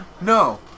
No